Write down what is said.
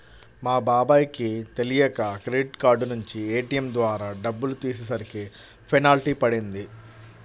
మా బాబాయ్ కి తెలియక క్రెడిట్ కార్డు నుంచి ఏ.టీ.యం ద్వారా డబ్బులు తీసేసరికి పెనాల్టీ పడింది